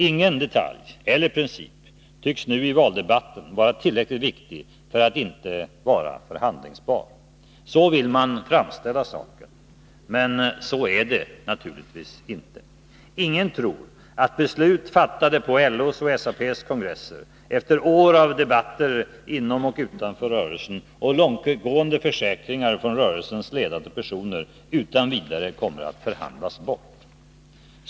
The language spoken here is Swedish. Ingen detalj eller princip tycks nu i valdebatten vara tillräckligt viktig för att inte vara förhandlingsbar. Så vill man framställa saken, men så är det naturligtvis inte. Ingen tror att beslut fattade på LO:s och SAP:s kongresser efter år av debatter, inom och utanför rörelsen, och långtgående försäkringar från rörelsens ledande personer utan vidare kommer att kunna förhandlas bort.